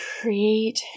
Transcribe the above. create